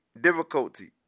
difficulty